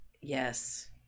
Yes